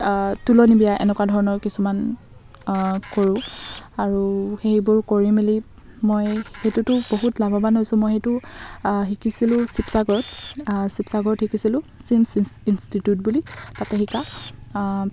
তুলনি বিয়া এনেকুৱা ধৰণৰ কিছুমান কৰোঁ আৰু সেইবোৰ কৰি মেলি মই সেইটোতো বহুত লাভৱান হৈছো মই সেইটো শিকিছিলো শিৱসাগৰত শিৱসাগৰত শিকিছিলো চিমছ ইনষ্টিটিউট বুলি তাতে শিকা